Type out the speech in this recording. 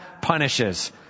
punishes